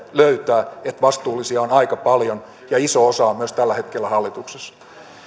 löytää että vastuullisia on aika paljon ja iso osa on myös tällä hetkellä hallituksessa